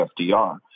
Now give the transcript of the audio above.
FDR